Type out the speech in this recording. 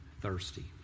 thirsty